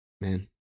man